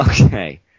Okay